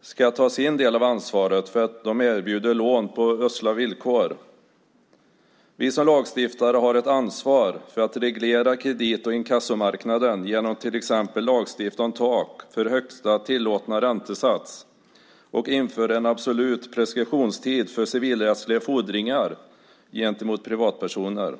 ska ta sin del av ansvaret för att de erbjuder lån på usla villkor. Vi som lagstiftare har ett ansvar för att reglera kredit och inkassomarknaden genom att till exempel lagstifta om tak för högsta tillåtna räntesats och införa en absolut preskriptionstid för civilrättsliga fordringar gentemot privatpersoner.